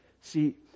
See